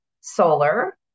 Solar